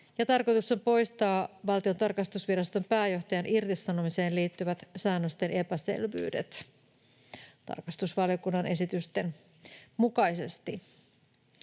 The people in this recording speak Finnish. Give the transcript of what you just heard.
tarkoitus on poistaa Valtion tarkastusviraston pääjohtajan irtisanomiseen liittyvät säännösten epäselvyydet tarkastusvaliokunnan esitysten mukaisesti.